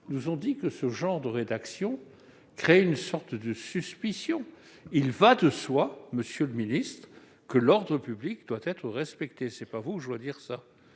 nous ont dit que ce genre de rédaction créait une sorte de suspicion. Il va de soi, monsieur le ministre, que l'ordre public doit être respecté ; ce n'est pas à vous que je vais le